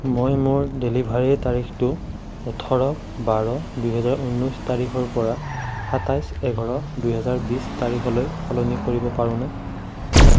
মই মোৰ ডেলিভেৰীৰ তাৰিখটো ওঠৰ বাৰ দুহেজাৰ ঊনৈশ তাৰিখৰ পৰা সাতাইশ এঘাৰ দুহেজাৰ বিশ তাৰিখলৈ সলনি কৰিব পাৰোনে